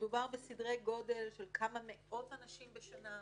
מדובר בסדרי גודל של כמה מאות אנשים בשנה,